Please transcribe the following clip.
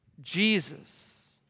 Jesus